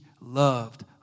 loved